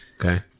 Okay